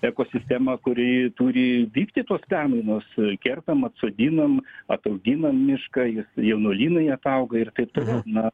ekosistema kuri turi vykti tos permainos kertam atsodinam atauginam mišką jis jaunuolynai atauga ir taip toliau na